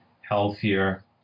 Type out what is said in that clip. healthier